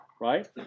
right